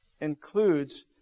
includes